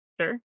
Sure